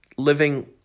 living